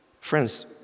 Friends